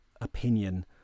opinion